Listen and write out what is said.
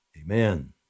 Amen